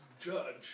judge